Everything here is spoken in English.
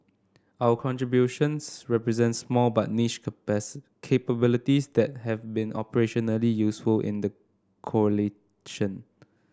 our contributions represent small but niche capabilities that have been operationally useful in the coalition